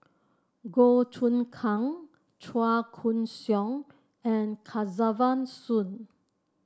Goh Choon Kang Chua Koon Siong and Kesavan Soon